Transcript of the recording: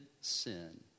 sin